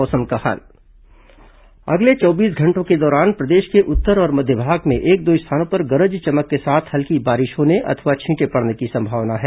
मौसम अगले चौबीस घंटों के दौरान प्रदेश के उत्तर और मध्य भाग में एक दो स्थानों पर गरज चमक के साथ हल्की बारिश होने अथवा छींटे पड़ने की संभावना है